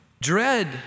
Dread